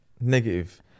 negative